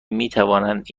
میتوانند